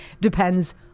depends